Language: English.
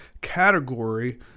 category